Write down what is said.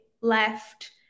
left